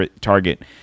target